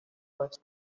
best